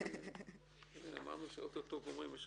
אמרנו שאוטוטו גומרים,